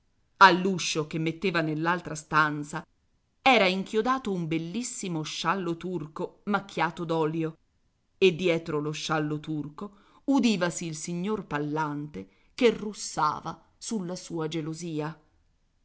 all'uscio che metteva nell'altra stanza era inchiodato un bellissimo sciallo turco macchiato d'olio e dietro lo sciallo turco udivasi il signor pallante che russava sulla sua gelosia